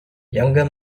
younger